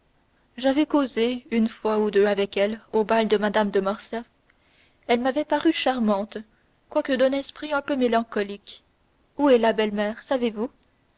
j'avais causé une fois ou deux avec elle au bal de mme de morcerf elle m'avait paru charmante quoique d'un esprit un peu mélancolique où est la belle-mère savez-vous